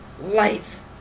lights